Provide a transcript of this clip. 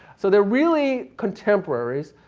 so they're really contemporaries.